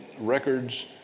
Records